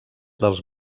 dels